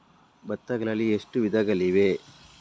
ಭತ್ತಗಳಲ್ಲಿ ಎಷ್ಟು ವಿಧಗಳಿವೆ?